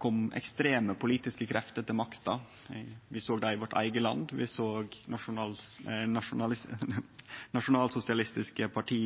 kom ekstreme politiske krefter til makta. Vi såg det i vårt eige land, vi såg òg nasjonalsosialistiske parti